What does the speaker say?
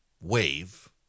wave